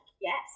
Yes